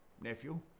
nephew